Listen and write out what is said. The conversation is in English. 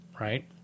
right